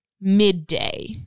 midday